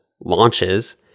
launches